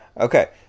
okay